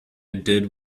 did